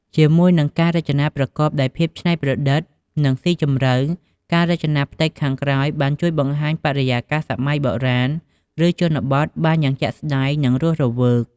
ជាមួយនឹងការរចនាប្រកបដោយ ភាពច្នៃប្រឌិត និងស៊ីជម្រៅ ការរចនាផ្ទៃខាងក្រោយបាន ជួយបង្ហាញបរិយាកាសសម័យបុរាណ ឬជនបទបានយ៉ាងជាក់ស្តែង និងរស់រវើក។